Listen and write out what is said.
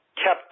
kept